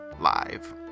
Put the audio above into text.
Live